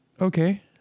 Okay